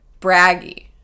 braggy